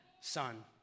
son